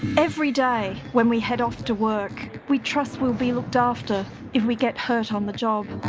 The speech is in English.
every day when we head off to work, we trust we'll be looked after if we get hurt on the job.